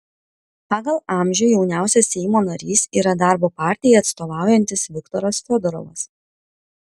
pagal amžių jauniausias seimo narys yra darbo partijai atstovaujantis viktoras fiodorovas